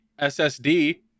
SSD